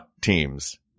teams